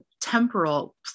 temporal